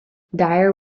dyer